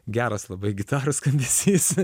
geras labai gitaros skambesys